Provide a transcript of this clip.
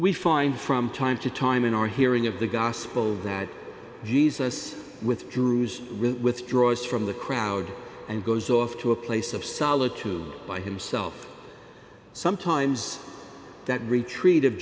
we find from time to time in our hearing of the gospel that jesus with drew's with withdraws from the crowd and goes off to a place of solitude by himself sometimes that retreat of